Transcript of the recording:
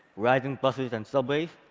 riding buses and subways,